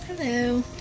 Hello